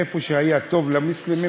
איפה שהיה טוב למוסלמים,